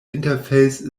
interface